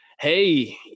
Hey